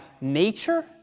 nature